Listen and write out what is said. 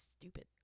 stupid